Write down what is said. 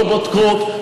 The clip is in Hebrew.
לא בודקות,